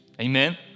Amen